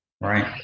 Right